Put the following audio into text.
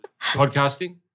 Podcasting